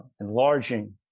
enlarging